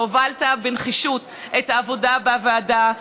ועל שהובלת בנחישות את העבודה בוועדה,